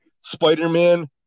Spider-Man